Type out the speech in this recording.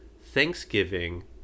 thanksgiving